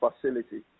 facility